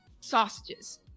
sausages